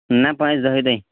نہَ پٲنٛژِ دَہہِ دۄہۍ